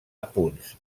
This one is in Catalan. apunts